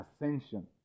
ascension